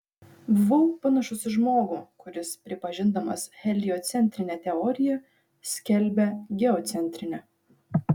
buvau panašus į žmogų kuris pripažindamas heliocentrinę teoriją skelbia geocentrinę